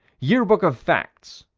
year book of facts,